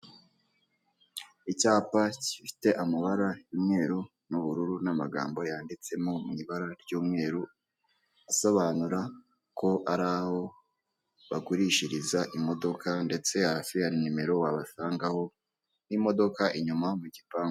Icyapa gifite amabara y'umweru, n 'ubururu ,n'amagambo yanditsemo mw'ibara ry'umweru, asobanura ko araho bagurishiriza imodoka ndetse hasi hari nimero wabasangaho n'imodoka inyuma mugipangu.